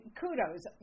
kudos